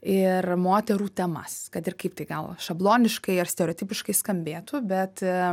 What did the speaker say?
ir moterų temas kad ir kaip tai gal šabloniškai ar stereotipiškai skambėtų bet